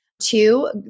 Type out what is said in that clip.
Two